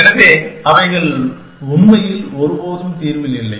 எனவே அவைகள் உண்மையில் ஒருபோதும் தீர்வில் இல்லை